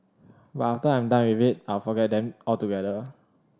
but after I'm done with it I'll forget them altogether